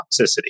toxicity